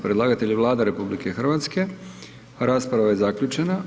Predlagatelj je Vlada RH, rasprava je zaključena.